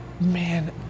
man